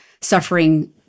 suffering